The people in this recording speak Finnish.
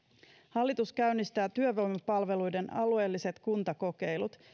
hallitus käynnistää työvoimapalveluiden alueelliset kuntakokeilut